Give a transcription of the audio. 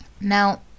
Now